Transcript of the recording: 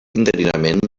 interinament